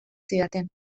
zidaten